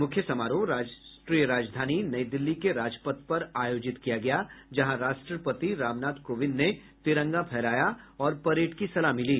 मुख्य समारोह राष्ट्रीय राजधानी नई दिल्ली के राजपथ पर आयोजित किया गया जहां राष्ट्रपति रामनाथ कोविंद ने तिरंगा फहराया और परेड की सलामी ली